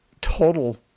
total